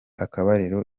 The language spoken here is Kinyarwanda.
akabariro